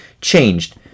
changed